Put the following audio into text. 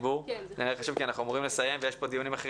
אנחנו אמורים לסיים כי יש לנו עוד דיונים נוספים